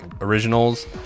originals